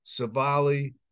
Savali